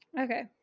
Okay